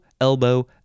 elbow